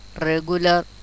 regular